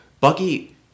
Bucky